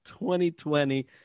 2020